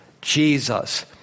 Jesus